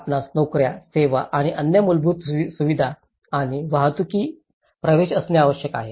आपणास नोकर्या सेवा आणि अन्य मूलभूत सुविधा आणि वाहतुकीत प्रवेश असणे आवश्यक आहे